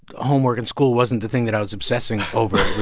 ah homework and school wasn't the thing that i was obsessing over. it was,